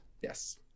Yes